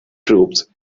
troops